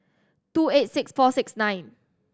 two eight six four six nine